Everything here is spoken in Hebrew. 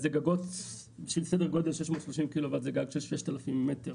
גגות של סדר גודל של 630 קילו וואט זה גג של 6,000 מטר,